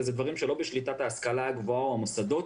ואלה דברים שלא בשליטת ההשכלה הגבוהה או המוסדות,